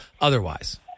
otherwise